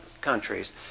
countries